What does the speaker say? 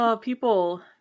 people